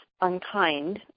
unkind